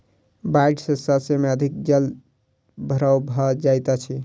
बाइढ़ सॅ शस्य में अधिक जल भराव भ जाइत अछि